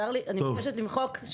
צר לי, אני מבקשת למחוק.